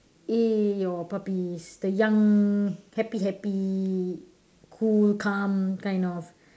eh your puppies the young happy happy cool calm kind of